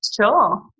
Sure